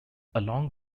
along